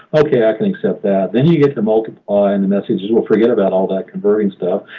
okay, i can accept that. then you get to multiplying and the message is, well, forget about all that converting stuff.